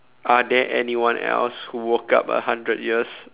are there anyone else who woke up a hundred years